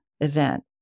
event